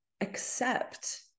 accept